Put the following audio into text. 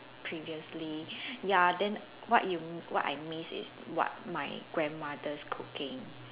previously ya then what you what I miss is what my grandmother's cooking